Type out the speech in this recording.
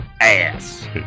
ass